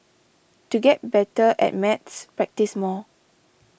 to get better at maths practise more